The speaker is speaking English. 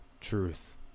truth